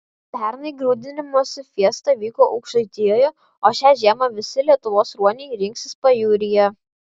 pernai grūdinimosi fiesta vyko aukštaitijoje o šią žiemą visi lietuvos ruoniai rinksis pajūryje